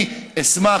אני אשמח,